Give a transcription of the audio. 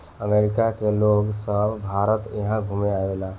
अमरिका के लोग सभ भारत इहा घुमे आवेले